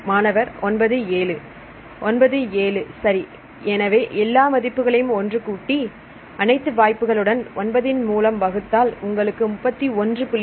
மாணவர் 9 7 9 7 சரி எனவே எல்லா மதிப்புகளையும் ஒன்று கூட்டி அனைத்து வாய்ப்புகளுடன் 9 இன் மூலம் வகுத்தால் உங்களுக்கு 31